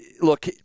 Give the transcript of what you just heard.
look